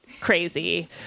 crazy